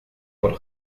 por